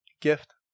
gift